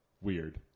weird